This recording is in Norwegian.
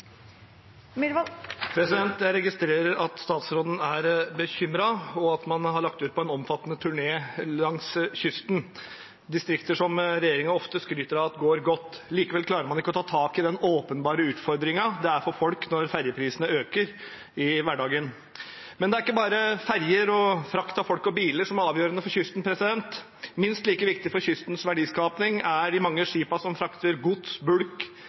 Jeg registrerer at statsråden er bekymret, og at man har lagt ut på en omfattende turné langs kysten, i distrikter som regjeringen ofte skryter av går godt. Likevel klarer man ikke å ta tak i den åpenbare utfordringen det er for folks hverdag når ferjeprisene øker. Men det er ikke bare ferjer og frakt av folk og biler som er avgjørende for kysten. Minst like viktig for kystens verdiskaping er de mange skipene som frakter gods, bulk,